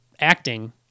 acting